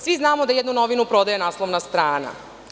Svi znamo da jednu novinu prodaje naslovna strana.